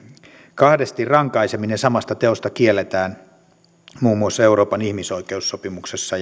kahdesti rankaiseminen samasta teosta kielletään muun muassa euroopan ihmisoikeussopimuksessa